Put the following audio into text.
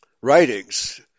writings